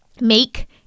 make